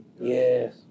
Yes